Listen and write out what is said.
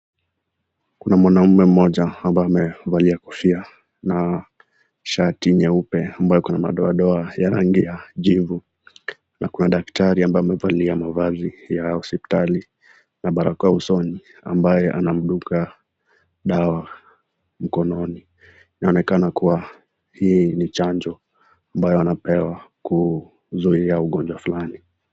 Kuna mwanaume mmoja ambaye amevalia kofia na shati nyeupe ambayo iko na madoa doa ya rangi ya jivu na kuna daktari ambaye amevalia mavazi ya hospitali na barakoa usoni ambaye anamdunga dawa mkononi. Inaonekana kuwa hii ni chanjo ambayo anapewa kuzuia ugonjwa fulani.